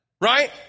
Right